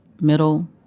middle